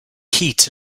heat